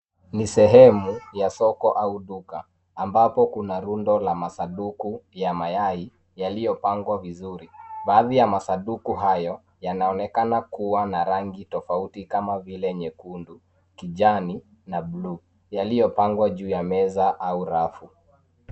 Ni sehemu ya soko au duka ambapo kuna rundo la masanduku ya mayai, yaliyopangwa vizuri. Baadhi ya masanduku hayo yanaonekana kuwa na rangi tofauti kama vile nyekundu kijani na blue yaliyopangwa juu ya meza au rafu.